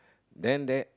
then that